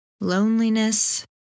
loneliness